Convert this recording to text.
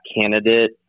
candidate